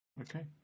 Okay